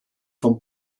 vom